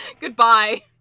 Goodbye